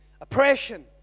oppression